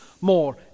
More